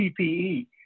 PPE